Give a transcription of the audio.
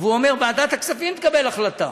והוא אומר: ועדת הכספים תקבל החלטה.